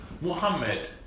Muhammad